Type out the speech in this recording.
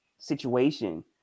situation